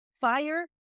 fire